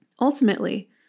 Ultimately